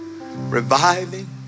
reviving